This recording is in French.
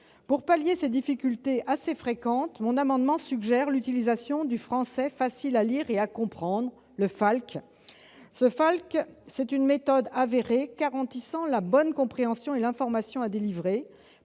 Pour pallier ces difficultés assez fréquentes, mon amendement tend à suggérer l'utilisation du français facile à lire et à comprendre, le FALC. Il s'agit d'une méthode reconnue, garantissant la bonne compréhension de l'information à délivrer,